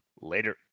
Later